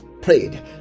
prayed